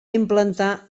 implantar